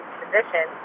position